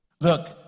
Look